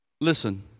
Listen